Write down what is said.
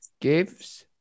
Gives